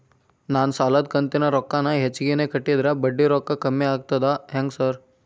ನಾನ್ ಸಾಲದ ಕಂತಿನ ರೊಕ್ಕಾನ ಹೆಚ್ಚಿಗೆನೇ ಕಟ್ಟಿದ್ರ ಬಡ್ಡಿ ರೊಕ್ಕಾ ಕಮ್ಮಿ ಆಗ್ತದಾ ಹೆಂಗ್ ಸಾರ್?